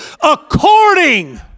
According